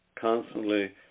constantly